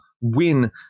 win